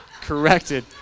corrected